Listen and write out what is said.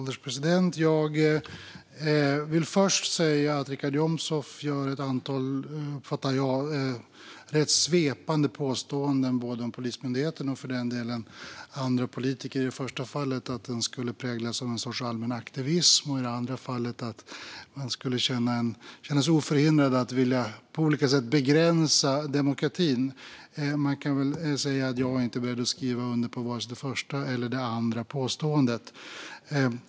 Herr ålderspresident! Richard Jomshof gör ett antal, uppfattar jag, rätt svepande påståenden om både Polismyndigheten och för delen andra politiker - i det första fallet att den skulle präglas av en sorts allmän aktivism och i det andra fallet att man skulle känna sig oförhindrad att på olika sätt vilja begränsa demokratin. Man kan väl säga att jag inte är beredd att skriva under på vare sig det första eller det andra påståendet.